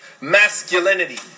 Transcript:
masculinity